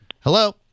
Hello